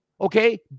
okay